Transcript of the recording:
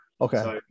okay